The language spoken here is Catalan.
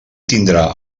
tindrà